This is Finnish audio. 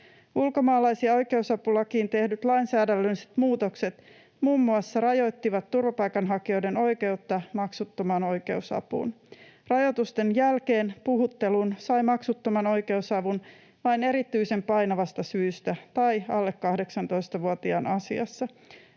Ulkomaalais- ja oikeusapulakiin tehdyt lainsäädännölliset muutokset muun muassa rajoittivat turvapaikanhakijoiden oikeutta maksuttomaan oikeusapuun. Rajoitusten jälkeen puhutteluun sai maksuttoman oikeusavun vain erityisen painavasta syystä tai alle 18-vuotiaan asiassa